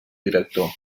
director